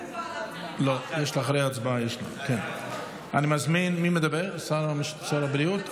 יש לי זכות תגובה על אחמד טיבי.